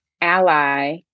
ally